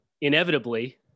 inevitably